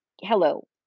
hello